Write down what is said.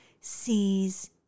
sees